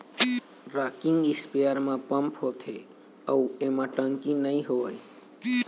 rocking sprayer म pump होथे अउ एमा टंकी नइ होवय